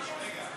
רגע.